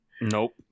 nope